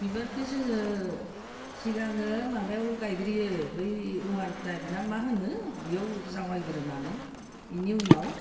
बिबारखौ जोङो सिगाङो माबायाव गायग्रोयो बे अवानटाट ना मा होनो बेयाव जावाय ग्रोनानै बिनि उनाव